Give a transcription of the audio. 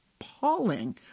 appalling